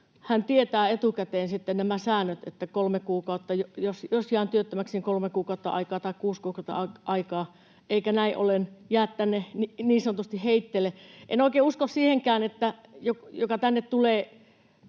hän tietää etukäteen nämä säännöt, että jos jää työttömäksi, niin on kolme kuukautta aikaa tai kuusi kuukautta aikaa, eikä näin ollen jää tänne niin sanotusti heitteille. En oikein usko siihenkään, että se, joka tänne tulee